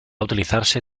utilizarse